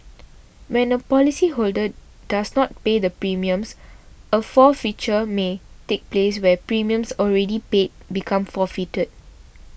when a policyholder does not pay the premiums a forfeiture may take place where premiums already paid become forfeited